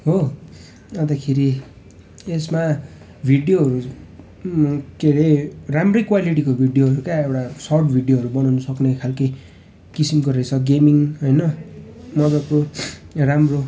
हो अन्तखेरि यसमा भिडियोहरू के अरे राम्रै क्वालिटीको भिडियोहरू क्या एउटा सर्ट भिडियोहरू बनाउनुसक्ने खालके किसिमको रहेछ गेमिङ होइन मजाको राम्रो